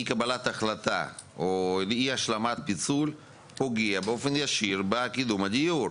קבלת החלטה ואי השלמת פיצול פוגע באופן ישיר בקידום הדיור.